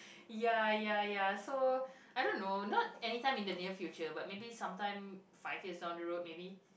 ya ya ya so I don't know not any time in the near future but maybe sometime five years along the road maybe